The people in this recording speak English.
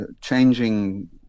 changing